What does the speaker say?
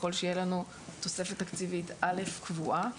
ככל שיהיה לנו תוספת תקציבית א' קבועה